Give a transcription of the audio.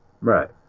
Right